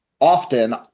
often